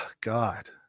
God